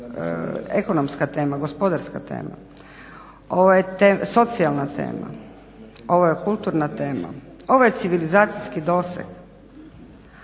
ekonomska tema, gospodarska tema, ovo je socijalna tema, ovo je kulturna tema, ovo je civilizacijski doseg